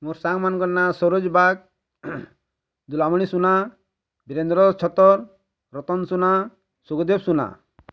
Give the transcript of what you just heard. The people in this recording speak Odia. ମୋର ସାଙ୍ଗ ମାନଙ୍କର ନାଁ ସରୋଜ ବାଗ ଦୁଲାମଣି ସୁନା ବୀରେନ୍ଦ୍ର ଛତର ରତନ ସୁନା ଶୁକଦେବ ସୁନା